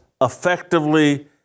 effectively